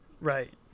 Right